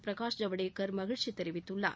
பிரகாஷ் ஜவடேகர் மகிழ்ச்சி தெரிவித்துள்ளார்